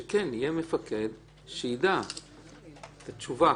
שיהיה מפקד שיידע את התשובה.